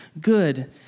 good